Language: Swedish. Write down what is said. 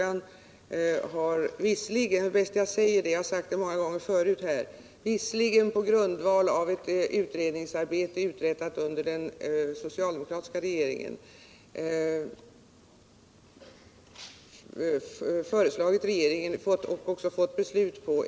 Jag har föreslagit regeringen och också fått beslut på genomförandet av korta, yrkesinriktade kurser i flera omgångar, någonting som den föregående regeringen inte lyckades få dåvarande finansministern att plocka fram pengar till.